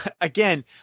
Again